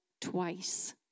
twice